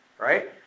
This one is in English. right